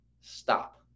Stop